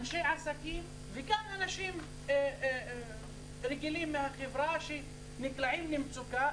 אנשי עסקים וגם אנשים רגילים מהחברה שנקלעים למצוקה.